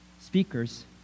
speakers